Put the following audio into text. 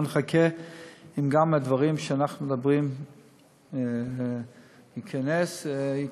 בואו נחכה ונראה אם גם הדברים שאנחנו מדברים עליהם ייכנסו.